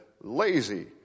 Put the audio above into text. lazy